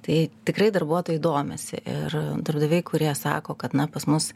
tai tikrai darbuotojai domisi ir darbdaviai kurie sako kad na pas mus